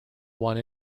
one